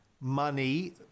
money